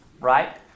right